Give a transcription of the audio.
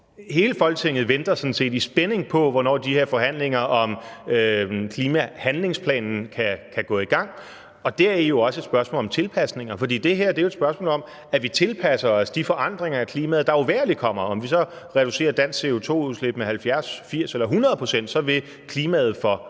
hele Folketinget sådan set i spænding venter på, hvornår de her forhandlinger om klimahandlingsplanen kan gå i gang, og deri er der jo også et spørgsmål om tilpasning. Det her er jo et spørgsmål om, at vi tilpasser os de forandringer af klimaet, der uvægerligt kommer. Om vi så reducerer dansk CO2-udslip med 70, 80 eller 100 pct., vil klimaet forandre